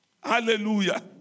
Hallelujah